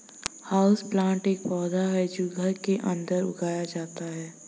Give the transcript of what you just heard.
houseplant एक पौधा है जो घर के अंदर उगाया जाता है